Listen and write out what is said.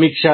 సమీక్ష